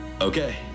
Okay